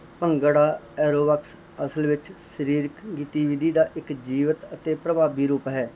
bhangra aerobics ਅਸਲ ਵਿੱਚ ਸਰੀਰਕ ਗਤੀਵਿਧੀ ਦਾ ਇੱਕ ਜੀਵਤ ਅਤੇ ਪ੍ਰਭਾਵੀ ਰੂਪ ਹੈ